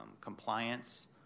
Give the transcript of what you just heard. compliance